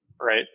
right